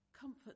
comfort